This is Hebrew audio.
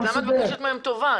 אז למה את מבקשת מהם טובה?